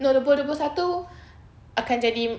no dua puluh dua puluh satu akan jadi